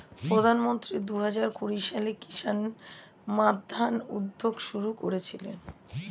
প্রধানমন্ত্রী দুহাজার কুড়ি সালে কিষান মান্ধান উদ্যোগ শুরু করেছিলেন